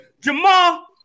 Jamal